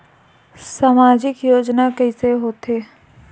सामजिक योजना कइसे होथे?